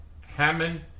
Hammond